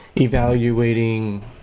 evaluating